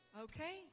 Okay